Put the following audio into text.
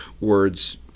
words